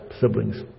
siblings